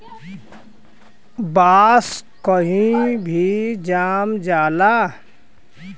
बांस कही भी जाम जाला